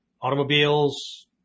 Automobiles